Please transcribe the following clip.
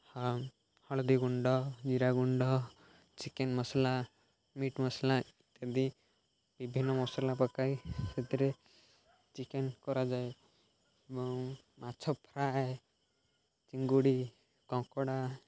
ଆଉ ହଳଦୀଗୁଣ୍ଡ ଜିରାଗୁଣ୍ଡ ଚିକେନ୍ ମସଲା ମିଟ୍ ମସଲା ଇତ୍ୟାଦି ବିଭିନ୍ନ ମସଲା ପକାଇ ସେଥିରେ ଚିକେନ୍ କରାଯାଏ ଏବଂ ମାଛ ଫ୍ରାଏ ଚିଙ୍ଗୁଡ଼ି କଙ୍କଡ଼ା